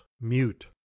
mute